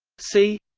c